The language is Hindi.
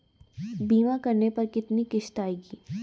बीमा करने पर कितनी किश्त आएगी?